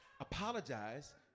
Apologize